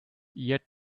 yet